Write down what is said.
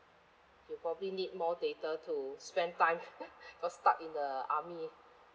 he probably need more data to spend time cause stuck in the army